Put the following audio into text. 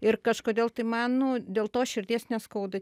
ir kažkodėl tai man nu dėl to širdies neskauda